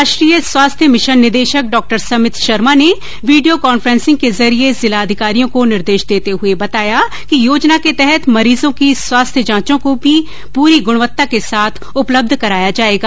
राष्ट्रीय स्वास्थ्य मिशन निदेशक डॉक्टर समित शर्मा ने विडियो कांफेसिंग के जरिये जिला अधिकारियों को निर्देश देते हए बताया कि योजना के तहत मरीजों की स्वास्थ्य जांचों को भी पुरी गृणवत्ता के साथ उपलब्ध कराया जायेगा